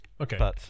Okay